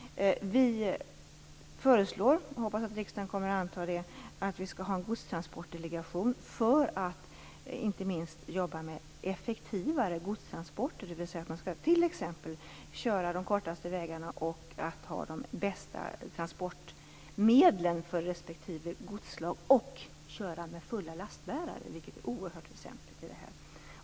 Vi föreslår, och hoppas att riksdagen kommer att anta det, en godstransportdelegation. En sådan skulle inte minst få i uppdrag att utarbeta effektivare godstransporter, vilket t.ex. handlar om att köra de kortaste vägarna, att ha de bästa transportmedlen för respektive godsslag och att köra med fulla lastbärare.